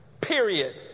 period